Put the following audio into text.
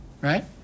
Right